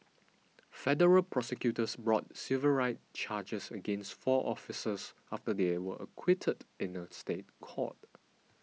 federal prosecutors brought civil rights charges against four officers after they were acquitted in a State Court